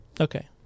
Okay